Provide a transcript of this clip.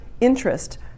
interest